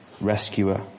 rescuer